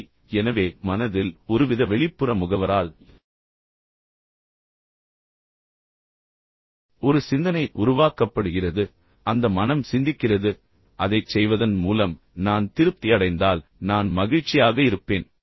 சரி எனவே மனதில் ஒருவித வெளிப்புற முகவரால் ஒரு சிந்தனை உருவாக்கப்படுகிறது அந்த மனம் சிந்திக்கிறது அதைச் செய்வதன் மூலம் நான் திருப்தி அடைந்தால் நான் மகிழ்ச்சியாக இருப்பேன்